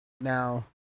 now